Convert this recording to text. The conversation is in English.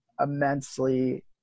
immensely